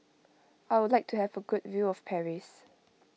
I would like to have a good view of Paris